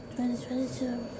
2022